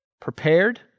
prepared